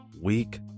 Week